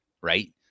right